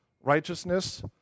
righteousness